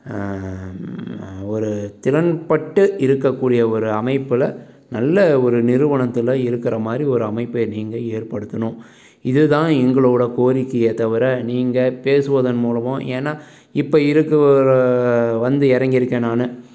ஒரு திறன்பட்டு இருக்கக்கூடிய ஒரு அமைப்பில் நல்ல ஒரு நிறுவனத்தில் இருக்கற மாரி ஒரு அமைப்பை நீங்க ஏற்படுத்தணும் இது தான் எங்களோட கோரிக்கையே தவிர நீங்கள் பேசுவதன் மூலமாக ஏனால் இப்போ இருக்கிற வந்து இறங்கிருக்கேன் நான்